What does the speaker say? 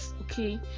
okay